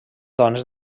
dones